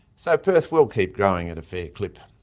so perth will keep growing at a fair clip.